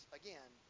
again